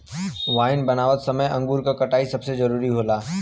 wine बनावत समय अंगूर क कटाई सबसे जरूरी होला